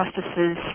justices